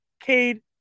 Cade